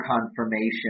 confirmation